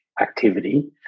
activity